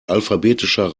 alphabetischer